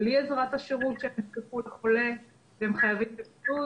בלי עזרת השירות --- את החולה והם חייבים בבידוד.